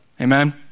Amen